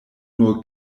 nur